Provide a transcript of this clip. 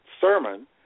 sermon